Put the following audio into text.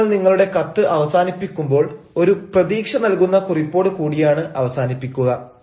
ഇനി നിങ്ങൾ നിങ്ങളുടെ കത്ത് അവസാനിപ്പിക്കുമ്പോൾ ഒരു പ്രതീക്ഷ നൽകുന്ന കുറിപ്പോട് കൂടിയാണ് അവസാനിപ്പിക്കുക